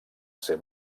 ser